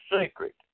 secret